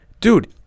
dude